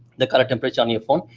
the color temperature on your phone.